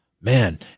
Man